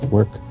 Work